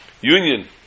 union